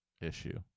issue